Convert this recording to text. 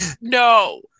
no